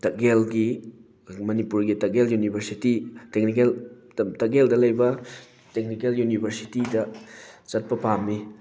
ꯇꯥꯛꯌꯦꯜꯒꯤ ꯃꯅꯤꯄꯨꯔꯒꯤ Takyel university technical ꯇꯥꯛꯌꯦꯜꯗ ꯂꯩꯕ ꯇꯦꯛꯅꯤꯀꯦꯜ ꯌꯨꯅꯤꯚꯔꯁꯤꯇꯤꯗ ꯆꯠꯄ ꯄꯥꯝꯃꯤ